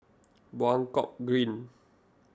Buangkok Green